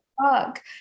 fuck